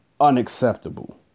unacceptable